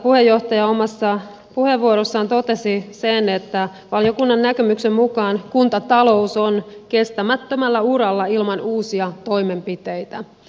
puheenjohtaja omassa puheenvuorossaan totesi sen että valiokunnan näkemyksen mukaan kuntatalous on kestämättömällä uralla ilman uusia toimenpiteitä